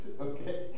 okay